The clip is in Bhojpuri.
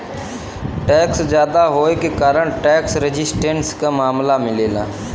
टैक्स जादा होये के कारण टैक्स रेजिस्टेंस क मामला मिलला